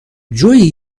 جویی